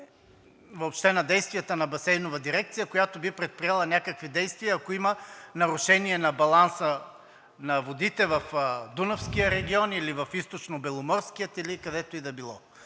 въобще на действията на „Басейнова дирекция“, която би предприела някакви действия, ако има нарушение на баланса на водите в Дунавския регион или в Източнобеломорския, или където и да било.